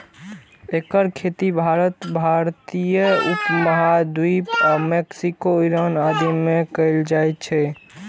एकर खेती भारत, भारतीय उप महाद्वीप आ मैक्सिको, ईरान आदि मे कैल जाइ छै